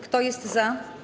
Kto jest za?